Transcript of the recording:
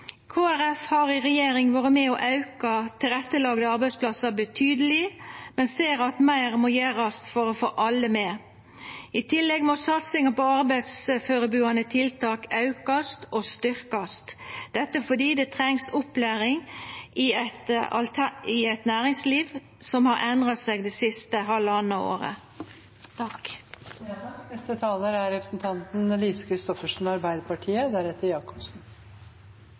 har i regjering vore med på å auka tilrettelagde arbeidsplassar betydeleg, men vi ser at meir må gjerast for å få alle med. I tillegg må ein auka og styrkja satsinga på arbeidsførebuande tiltak. Dette er fordi det trengst opplæring til eit næringsliv som har endra seg det siste halvtanna året. Takk til interpellanten for å reise et viktig spørsmål, men det er